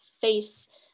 face